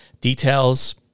Details